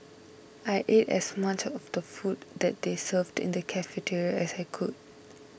I ate as much of the food that they served in the cafeteria as I could